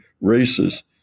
races